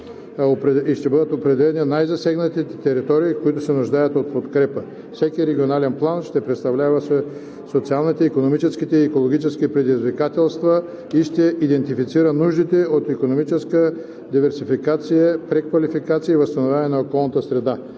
и ще бъдат определени най-засегнатите територии, които се нуждаят от подкрепа. Всеки регионален план ще представя социалните, икономическите и екологичните предизвикателства и ще идентифицира нуждите от икономическа диверсификация, преквалификация и възстановяване на околната среда.